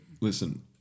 listen